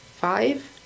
five